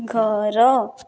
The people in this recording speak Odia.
ଘର